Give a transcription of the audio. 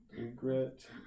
Regret